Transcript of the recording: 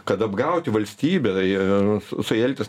kad apgauti valstybę ir su ja elgtis